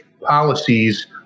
policies